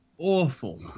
awful